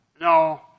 No